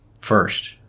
first